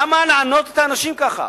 למה לענות את האנשים כך?